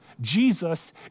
Jesus